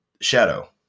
Shadow